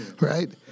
right